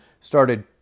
started